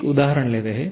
एक उदाहरण लेते हैं